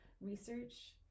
research